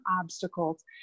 obstacles